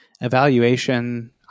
evaluation